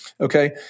Okay